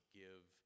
give